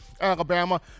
Alabama